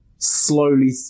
Slowly